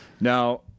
Now